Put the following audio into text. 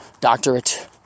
doctorate